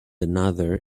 another